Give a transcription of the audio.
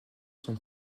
son